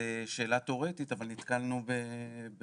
זו שאלה תיאורטית, אבל נתקלנו ברצון.